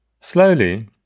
Slowly